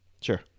Sure